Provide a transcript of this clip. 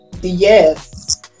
Yes